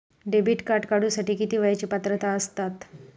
Debit card काढूसाठी किती वयाची पात्रता असतात?